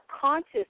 conscious